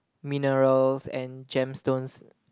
minerals and gemstones